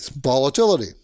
volatility